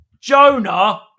Jonah